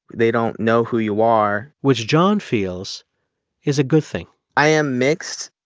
they don't know who you are. which john feels is a good thing i am mixed.